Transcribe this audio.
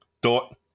Dot